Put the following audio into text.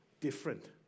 different